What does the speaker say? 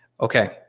Okay